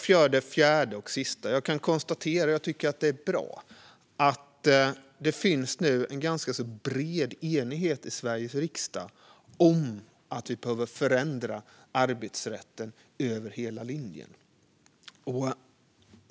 För det fjärde och sista kan jag konstatera att det nu finns en ganska bred enighet i Sveriges riksdag om att vi behöver förändra arbetsrätten över hela linjen. Det är bra.